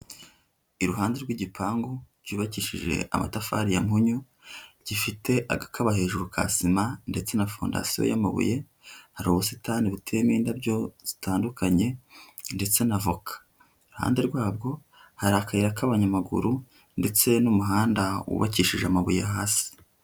Iruhande rw'igipangu cyubakishije amatafari ya mpunyu, gifite agakaba hejuru ka sima ndetse na fondasiyo y'amabuye. Hari ubusitani buteyemo indabyo zitandukanye ndetse na avoka, iruhande rwabwo hari akayira k'abanyamaguru ndetse n'umuhanda wubakishije amabuye hasi.